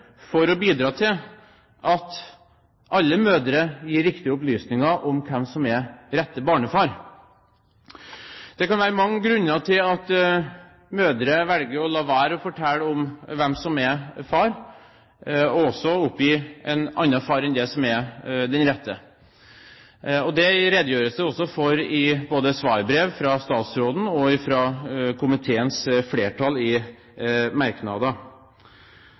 for å bidra til at alle mødre gir riktige opplysninger om hvem som er rette barnefar? Det kan være mange grunner til at mødre velger å la være å fortelle om hvem som er far, og også at de oppgir en annen far enn han som er den rette. Det redegjøres det også for både i svarbrev fra statsråden og i merknader fra komiteens flertall.